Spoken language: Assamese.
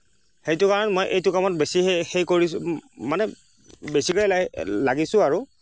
সেইটো কাৰণত মই এইটো কামত বেছি হেৰি কৰিছোঁ মানে বেছিকৈ লাগিছোঁ আৰু